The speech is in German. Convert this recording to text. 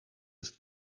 ist